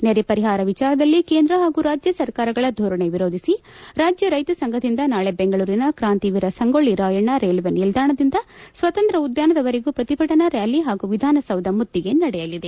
ನೆರೆ ಪರಿಹಾರ ವಿಚಾರದಲ್ಲಿ ಕೇಂದ್ರ ಪಾಗೂ ರಾಜ್ಯಸರ್ಕಾರಗಳ ಧೋರಣೆ ವಿರೋಧಿಸಿ ರಾಜ್ಯ ರೈತ ಸಂಘದಿಂದ ನಾಳೆ ಬೆಂಗಳೂರಿನ ಕಾಂತಿವೀರ ಸಂಗೊಳ್ಳಿ ರಾಯಣ್ಣ ರೈಲ್ವೆ ನಿಲ್ದಾಣದಿಂದ ಸ್ವಾತಂತ್ರ್ಯ ಉದ್ದಾನದವರೆಗೂ ಪ್ರತಿಭಟನಾ ರ್ಯಾಲಿ ಹಾಗೂ ವಿಧಾನಸೌಧ ಮುತ್ತಿಗೆ ನಡೆಯಲಿದೆ